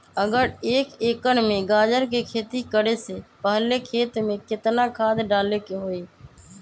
अगर एक एकर में गाजर के खेती करे से पहले खेत में केतना खाद्य डाले के होई?